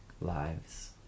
lives